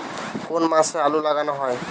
কোন মাসে আলু লাগানো হয়?